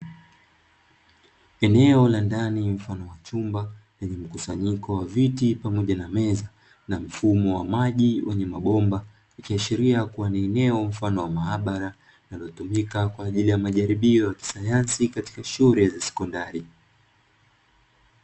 Eneo la ndani mfano wa chumba lenye mkusanyiko wa viti pamoja na meza, na mfumo wa maji yenye mabomba ikiahsiria kuwa ni eneo mfano wa maabara, linalotumika kwa ajili ya majaribio ya kisayansi katika shule za sekondari.